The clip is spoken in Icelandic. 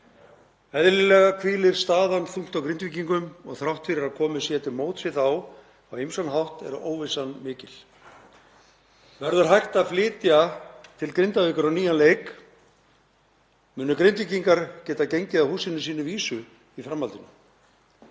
Eðlilega hvílir staðan þungt á Grindvíkingum og þrátt fyrir að komið sé til móts við þá á ýmsan hátt er óvissan mikil. Verður hægt að flytja til Grindavíkur á nýjan leik? Munu Grindvíkingar geta gengið að húsinu sínu vísu í framhaldinu?